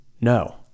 no